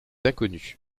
inconnue